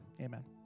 Amen